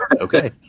okay